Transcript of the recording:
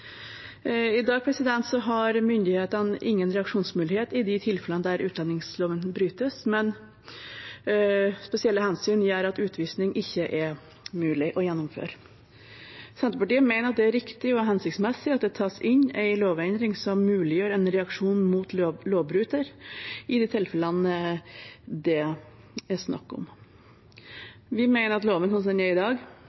I dag har myndighetene ingen reaksjonsmulighet i de tilfellene der utlendingsloven brytes, men spesielle hensyn gjør at utvisning ikke er mulig å gjennomføre. Senterpartiet mener det er riktig og hensiktsmessig at det tas inn en lovendring som muliggjør en reaksjon mot lovbryter i de tilfellene det er snakk om.